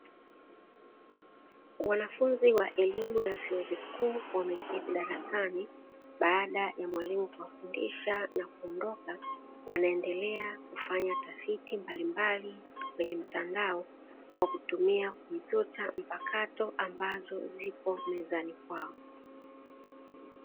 Wanafunzi wa elimu ya vyuo vikuu wameketi darasani baada ya mwalimu kuwafundisha na kuondoka wanaendelea kufanya tafiti mbalimbali kwenye mtandao, kwa kutumia kompyuta mpakato ambazo zipo mezani kwao.